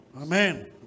Amen